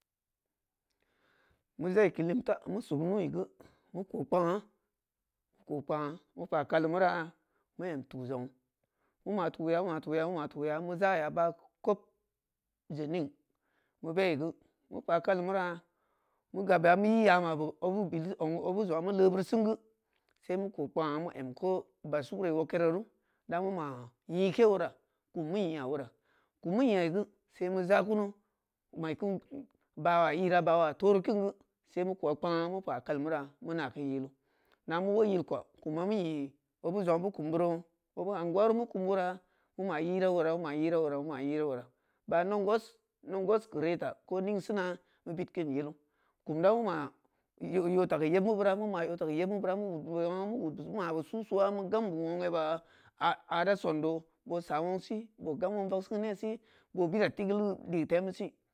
Mu jaayi ki lemta mu sug nuyi gu mu koo kpaa mu paā kale mura mu yem tuu zonwu mu maa tuya mu maa tuya mu maa tuya mu jaya baa kub je nig, mu beyi guu mu paa kale mura mu yabya muyin ya maa mubu bilu ogwo juaa mu loō beru sin gu sai mu ko pan aā mu yem buture wokkeru da maa yin̄ke wura, ku mu yeaa guu sai mu jaa kumu ma kin be bawa ira bawa turu kin gu sai mu kowa pkaa mu paa kale mura mu na yin kin yiru, na mu woo yilko kum ya mi yi obu jug ā bu kom boro obu unguwuru mu kom wura bu ma ira worōbu ma ira worāima ira wora bāā nugwos nugwos ku leta ko nengsina mu bit kin yilu kum du mu ma yotu ki yebmubura mu ma yota ki yeb mubura mun wod bu wogaa mu ma bu susua mu gambu wong yebba ā da son doo boo saa wong si boa yum wong vaga ki ne si boo bira tikilu see liyitemu seē.